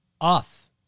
off